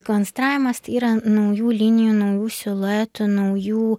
konstravimas tai yra naujų linijų naujų siluetų naujų